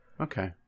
Okay